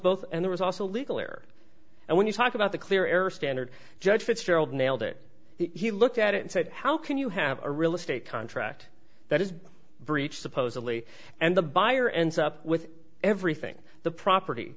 both and there was also legal air and when you talk about the clear air standard judge fitzgerald nailed it he looked at it and said how can you have a real estate contract that is breached supposedly and the buyer ends up with everything the property